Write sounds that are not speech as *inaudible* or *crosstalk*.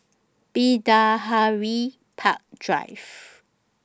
*unintelligible* Park Drive